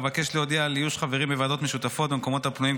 אבקש להודיע על איוש חברים בוועדות משותפות במקומות הפנויים,